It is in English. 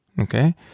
okay